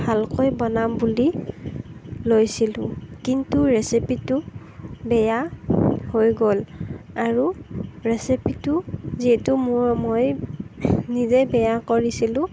ভালকৈ বনাম বুলি লৈছিলোঁ কিন্তু ৰেচিপিটো বেয়া হৈ গ'ল আৰু ৰেচিপিটো যিহেতু মই নিজে বেয়া কৰিছিলোঁ